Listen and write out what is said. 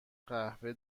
قهوه